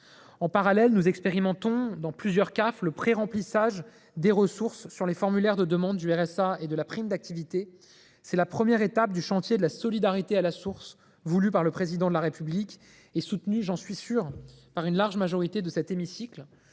En parallèle, nous expérimentons dans plusieurs CAF le préremplissage des ressources sur les formulaires de demandes du RSA et de la prime d’activité. C’est la première étape du chantier de la « solidarité à la source » voulu par le Président de la République et soutenu, j’en suis sûr, par une large majorité de cet hémicycle.